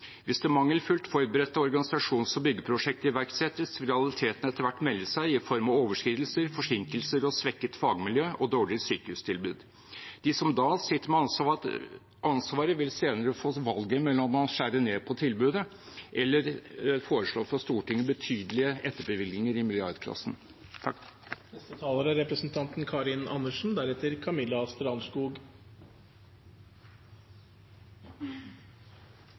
Hvis det mangelfullt forberedte organisasjons- og byggeprosjektet iverksettes, vil realitetene etter hvert melde seg i form av overskridelser, forsinkelser, svekket fagmiljø og dårligere sykehustilbud. De som da sitter med ansvaret, vil senere få valget mellom å skjære ned på tilbudet eller foreslå for Stortinget betydelige etter bevilgninger i milliardkronersklassen. Nå ligger det et forslag i Stortinget som representanten Tetzschner er